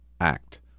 act